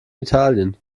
italien